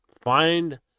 find